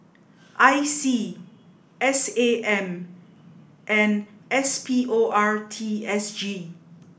I C S A M and S P O R T S G